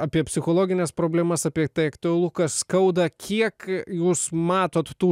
apie psichologines problemas apie tai aktualu kas skauda kiek jūs matot tų